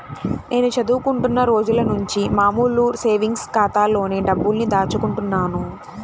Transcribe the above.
నేను చదువుకుంటున్న రోజులనుంచి మామూలు సేవింగ్స్ ఖాతాలోనే డబ్బుల్ని దాచుకుంటున్నాను